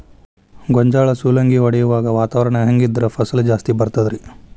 ಗೋಂಜಾಳ ಸುಲಂಗಿ ಹೊಡೆಯುವಾಗ ವಾತಾವರಣ ಹೆಂಗ್ ಇದ್ದರ ಫಸಲು ಜಾಸ್ತಿ ಬರತದ ರಿ?